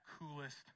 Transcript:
coolest